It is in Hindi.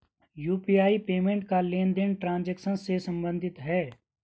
यू.पी.आई पेमेंट का लेनदेन ट्रांजेक्शन से सम्बंधित है